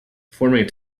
forming